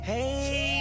Hey